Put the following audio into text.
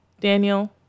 Daniel